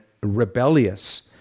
rebellious